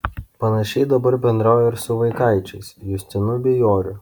panašiai dabar bendrauja ir su vaikaičiais justinu bei joriu